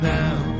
now